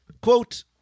Quote